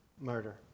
murder